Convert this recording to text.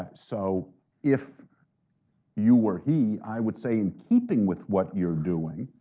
ah so if you were he, i would say in keeping with what you're doing,